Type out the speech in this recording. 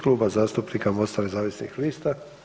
Kluba zastupnika MOST-a nezavisnih lista.